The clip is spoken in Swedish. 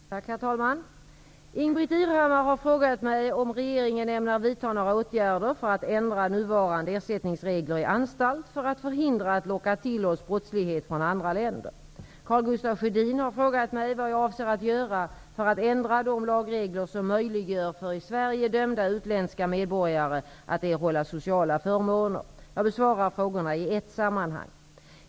Herr talman! Ingbritt Irhammar har frågat mig om regeringen ämnar vidta några åtgärder för att ändra nuvarande ersättningsregler i anstalt för att förhindra att locka till oss brottslighet från andra länder. Karl Gustaf Sjödin har frågat mig vad jag avser att göra för att ändra de lagregler som möjliggör för i Sverige dömda utländska medborgare att erhålla sociala förmåner. Jag besvarar frågorna i ett sammanhang.